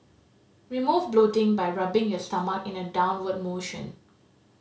remove bloating by rubbing your stomach in a downward motion